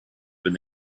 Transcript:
been